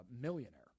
millionaire